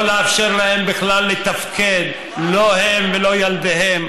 לא לאפשר להם בכלל לתפקד, לא הם ולא ילדיהם.